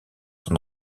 son